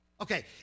Okay